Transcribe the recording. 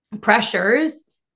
pressures